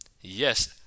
Yes